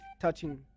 touching